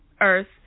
earth